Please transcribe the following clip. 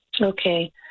Okay